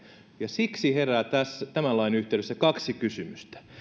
ja siksi herää tämän lain yhteydessä kaksi kysymystä